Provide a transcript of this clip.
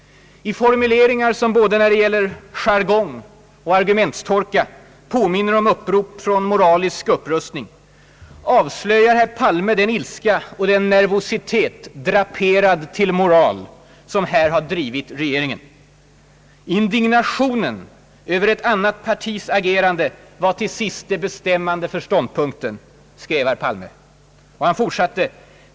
I formuleringar, som både när det gäller jargong och argumentstorka för tanken till upprop från Moralisk upprustning, avslöjar herr Palme den ilska och nervositet, draperad till moral, som här har drivit regeringen. »Indignationen över ett annat partis agerande var till sist det bestämmande för ståndpunkten», skriver herr Palme.